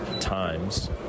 times